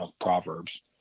Proverbs